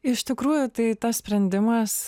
iš tikrųjų tai tas sprendimas